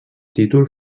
títol